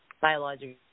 biological